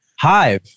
Hive